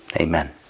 Amen